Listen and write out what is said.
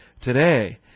today